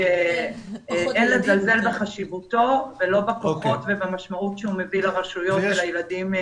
שאין לזלזל בחשיבותו ולא בכוחות ובמשמעות שהוא מביא לרשויות ולילדים,